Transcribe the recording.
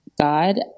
God